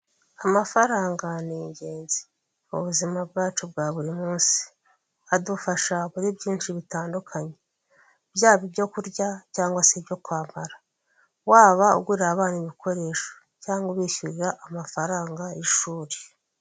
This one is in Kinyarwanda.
Amafaranga n'ingenzi m'ubuzima bwacu bwa burimunsi, adufasha muri byinshi bitandukanye byaba ibyokurya cyangwa se ibyo kwambara waba ugurira abana ibikoresho cyangwa ubishyurira amafaranga y'ishuri.